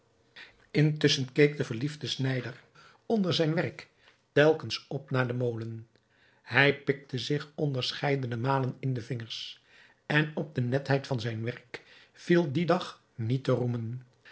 intusschen keek de verliefde snijder onder zijn werk telkens op naar den molen hij pikte zich onderscheidene malen in de vingers en op de netheid van zijn werk viel dien dag niet